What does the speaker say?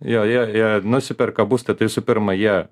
jo jie jie nusiperka būstą tai visų pirma jie